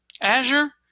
Azure